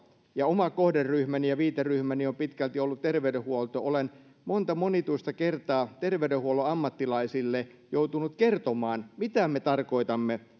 ja oma kohderyhmäni ja viiteryhmäni on pitkälti ollut terveydenhuolto olen monta monituista kertaa terveydenhuollon ammattilaisille joutunut kertomaan mitä me tarkoitamme